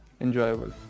enjoyable